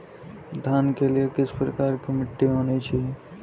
धान के लिए किस प्रकार की मिट्टी होनी चाहिए?